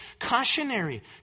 cautionary